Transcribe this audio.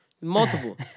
Multiple